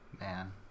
man